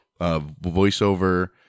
voiceover